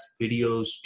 videos